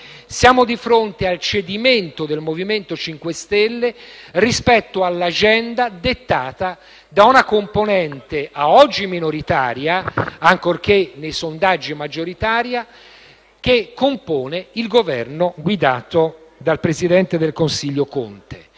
Siamo di fronte al cedimento del MoVimento 5 Stelle rispetto all'agenda dettata da una componente a oggi minoritaria, ancorché nei sondaggi maggioritaria, che compone il Governo guidato dal presidente del Consiglio Conte.